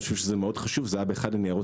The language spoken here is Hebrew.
ואני חושב שזה מאוד חשוב זה היה באחד מניירות